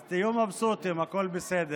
אז תהיו מבסוטים, הכול בסדר.